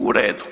U redu.